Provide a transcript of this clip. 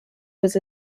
was